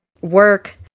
work